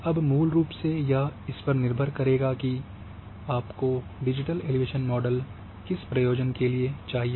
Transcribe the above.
अब मूल रूप से यह इस पर निर्भर करेगा की आपको डिजिटल एलिवेशन मॉडल किस प्रयोजन के लिए चाहिए